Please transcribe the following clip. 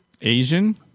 Asian